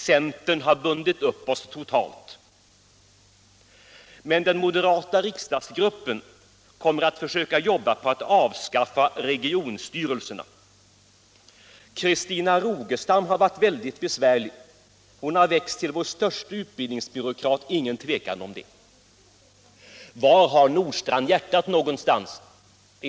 Centern har bundit upp oss totalt -—-- Den moderata riksdagsgruppen kommer ——— att försöka jobba på att avskaffa regionsstyrelserna. ——— Christina Rogestam har varit väldigt besvärlig. Hon har växt till vår störste utbildningsbyråkrat, ingen tvekz a om det.” Var har herr Nordstrandh hjärtat någonstans?